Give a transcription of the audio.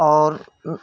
और